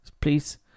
Please